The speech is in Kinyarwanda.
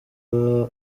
buri